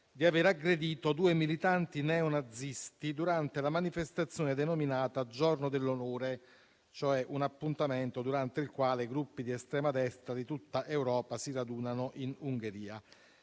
di aver aggredito due militanti neonazisti durante la manifestazione denominata Giorno dell'onore, un appuntamento durante il quale gruppi di estrema destra di tutta Europa si radunano in Ungheria.